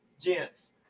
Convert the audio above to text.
gents